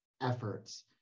efforts